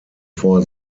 vor